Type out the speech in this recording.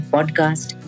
Podcast